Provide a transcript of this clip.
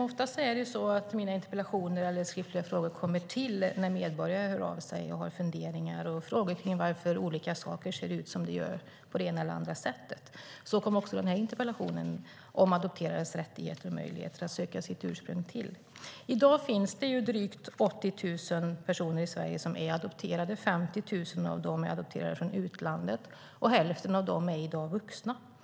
Oftast kommer mina interpellationer och skriftliga frågor till när medborgare hör av sig och har funderingar och frågor kring varför olika saker ser ut som de gör på det ena eller andra sättet. Så kom också denna interpellation till. Den handlar om adopterades rättigheter och möjligheter att söka sitt ursprung. I dag finns det drygt 80 000 personer i Sverige som är adopterade. 50 000 av dem är adopterade från utlandet, och hälften av dem är i dag vuxna.